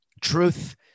truth